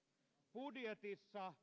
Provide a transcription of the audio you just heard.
budjetissa